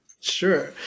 Sure